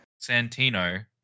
Santino